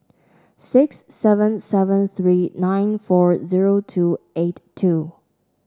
six seven seven three nine four zero two eight two